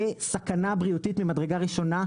זה סכנה בריאותית ממדרגה ראשונה,